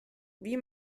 wie